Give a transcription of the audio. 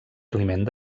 climent